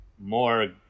more